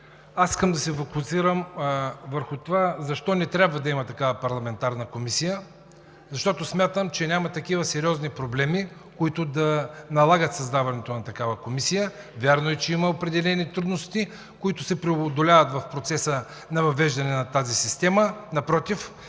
Аз искам да се фокусирам върху това защо не трябва да има такава парламентарна комисия? Защото смятам, че няма такива сериозни проблеми, които да налагат създаването на такава комисия. Вярно е, че има определени трудности, които се преодоляват в процеса на въвеждане на тази система.